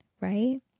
right